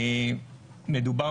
מדובר,